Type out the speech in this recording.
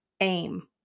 aim